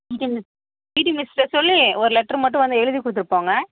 பிடி miss PT மிஸ்கிட்ட சொல்லி ஒரு லெட்ரு மட்டும் வந்து எழுதி கொடுத்துட்டு போங்க